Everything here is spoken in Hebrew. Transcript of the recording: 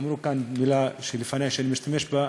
אמרו כאן מילה, לפני, שאני משתמש בה: